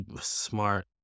smart